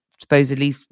Supposedly